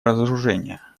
разоружения